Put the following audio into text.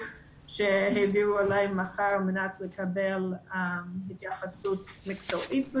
והעבירו אלינו על מנת לקבל התייחסות מקצועית.